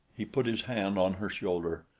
he put his hand on her shoulder.